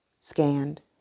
scanned